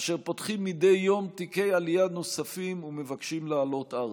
אשר פותחים מדי יום תיקי עלייה נוספים ומבקשים לעלות ארצה.